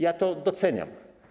Ja to doceniam.